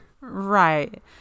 Right